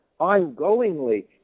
ongoingly